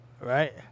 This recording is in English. Right